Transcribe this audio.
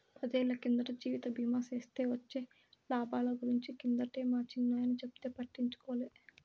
పదేళ్ళ కిందట జీవిత బీమా సేస్తే వొచ్చే లాబాల గురించి కిందటే మా చిన్నాయన చెప్తే పట్టించుకోలే